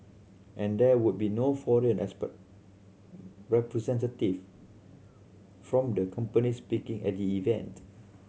and there would be no foreign representative from the companies speaking at the event